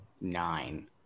nine